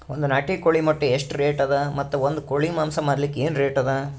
ಒಂದ್ ನಾಟಿ ಕೋಳಿ ಮೊಟ್ಟೆ ಎಷ್ಟ ರೇಟ್ ಅದ ಮತ್ತು ಒಂದ್ ಕೋಳಿ ಮಾಂಸ ಮಾರಲಿಕ ಏನ ರೇಟ್ ಅದ?